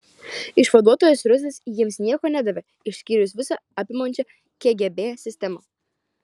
išvaduotojas rusas jiems nieko nedavė išskyrus visa apimančią kgb sistemą